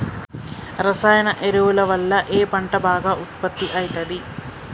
రసాయన ఎరువుల వల్ల ఏ పంట బాగా ఉత్పత్తి అయితది?